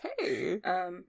Hey